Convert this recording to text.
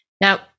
Now